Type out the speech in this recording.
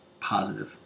Positive